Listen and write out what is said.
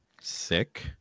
sick